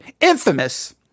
infamous